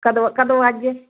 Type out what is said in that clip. ਕਦੋਂ ਕਦੋਂ ਅੱਜ